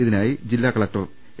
ഇതിനായി ജില്ലാ collector A